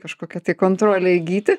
kažkokia kontrolę įgyti